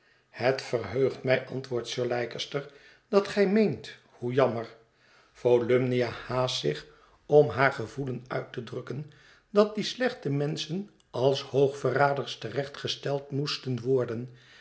het verheugt mij antwoordt sir leicester dat gij meent hoe jammer volumnia haast zich om haar gevoelen uit te drukken dat die slechte menschen als hoogverraders te recht gesteld moesten worden